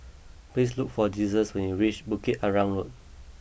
please look for Jesus when you reach Bukit Arang Road